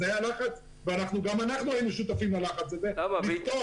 אז היה לחץ וגם אנחנו היינו שותפים ללחץ הזה -- למה?